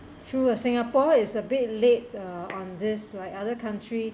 true ah singapore is a bit late uh on this uh other country